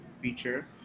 creature